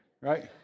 right